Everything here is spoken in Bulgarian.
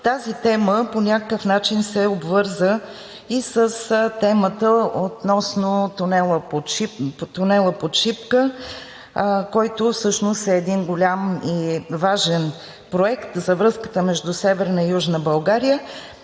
тази тема по някакъв начин се обвърза и с темата относно тунела под „Шипка“, който всъщност е един голям и важен проект за връзката между Северна и Южна България.